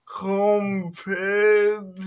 compared